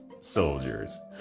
soldiers